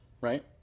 right